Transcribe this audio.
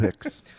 picks